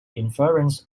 inference